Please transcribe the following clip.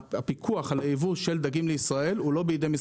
הפיקוח על ייבוא של דגים לישראל הוא לא בידי השירותים